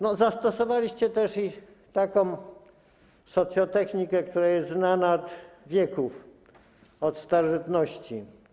No zastosowaliście też i taką socjotechnikę, która jest znana od wieków, od starożytności.